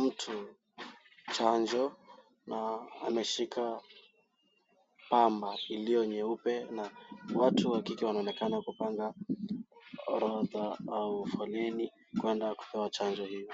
mtu chanjo na ameshika pamba iliyo nyeupe na watu wa kike wanaonekana kupanga orodha au foleni kuenda kupewa chanjo hiyo.